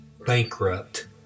bankrupt